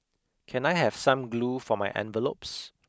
can I have some glue for my envelopes